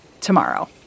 tomorrow